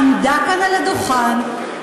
עמדה כאן על הדוכן,